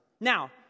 Now